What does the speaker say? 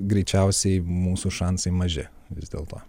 greičiausiai mūsų šansai maži vis dėlto